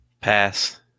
Pass